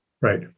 right